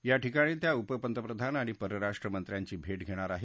याठिकाणी त्या उपपंतप्रधान आणि परराष्ट्र मंत्र्यांची भेट घेणार आहेत